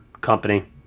company